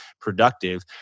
productive